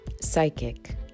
psychic